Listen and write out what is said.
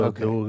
Okay